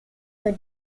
her